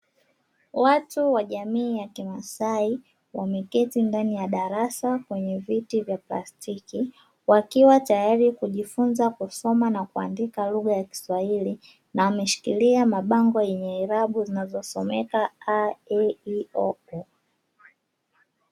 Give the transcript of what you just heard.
Watu wa jamii ya kimasai wameketi ndani ya darasa kwenye viti vya plastiki, wakiwa tayari kujifunza kusoma na kuandika lugha ya kiswahili. Wameshika mabango yenye irabu zinazosomeka;a, e,i, o, u.